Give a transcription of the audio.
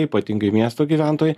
ypatingai miesto gyventojai